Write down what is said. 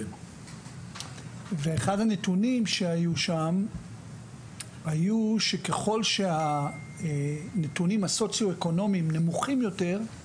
ואחד הנתונים שהיו שם היו שככל שהנתונים הסוציו-אקונומיים נמוכים יותר,